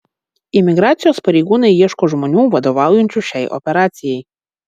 imigracijos pareigūnai ieško žmonių vadovaujančių šiai operacijai